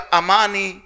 amani